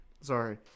Sorry